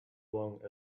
along